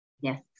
Yes